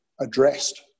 addressed